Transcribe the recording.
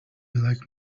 like